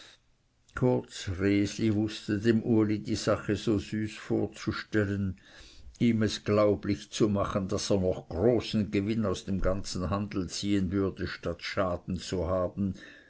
kurz resli wußte dem uli die sache so süß vorzustellen ihm es glaublich zu machen das er noch großen gewinn aus dem ganzen handel ziehen würde statt schaden zu haben